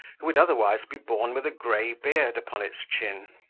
who would otherwise be born with a gray beard upon its chin.